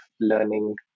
learning